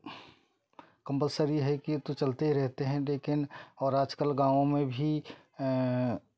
compulsory है कि यह तो चलते रहते हैं लेकिन और आजकल गाँवों में भी